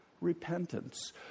Repentance